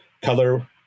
color